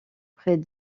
près